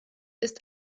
ist